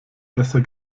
besser